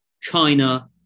China